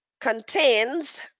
contains